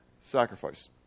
sacrifice